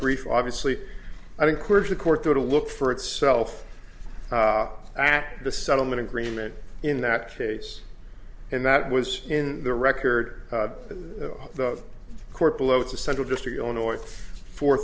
brief obviously i've encouraged the court though to look for itself after the settlement agreement in that case and that was in the record of the court below the central district illinois for